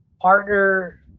partner